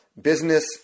business